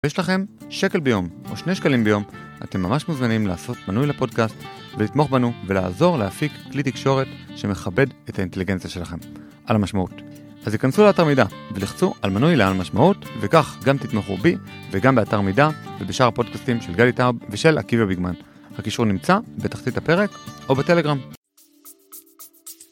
ואם יש לכם שקל ביום או שני שקלים ביום, אתם ממש מוזמנים לעשות מנוי לפודקאסט ולתמוך בנו ולעזור להפיק כלי תקשורת שמכבד את האינטליגנציה שלכם על המשמעות. אז היכנסו לאתר מידע ולחצו על מנוי לעל המשמעות וכך גם תתמכו בי וגם באתר מידע ובשאר הפודקאסטים של גלי טאוב ושל עקיבא ביגמן. הקישור נמצא בתחתית הפרק או בטלגרם.